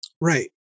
Right